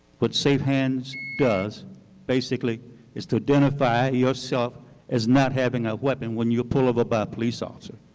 what safe hands does basically is to identify yourself as not having a weapon when you are pulled over by a police officer.